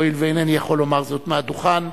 הואיל ואינני יכול לומר זאת מהדוכן,